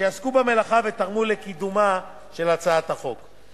שעסקו במלאכה ותרמו לקידומה של הצעת החוק.